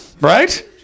Right